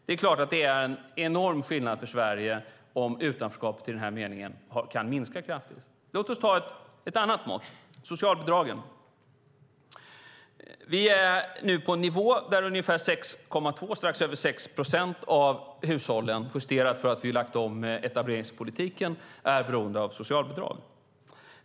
Det är klart att det är en enorm skillnad för Sverige om utanförskapet i denna mening kan minska kraftigt. Låt oss ta ett annat mått: socialbidragen. Vi är nu på en nivå där ungefär 6,2 procent, strax över 6 procent, av hushållen, justerat för att vi har lagt om etableringspolitiken, är beroende av socialbidrag.